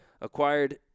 acquired